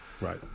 right